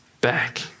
back